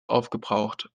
aufgebraucht